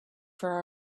for